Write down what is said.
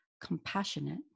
compassionate